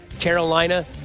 Carolina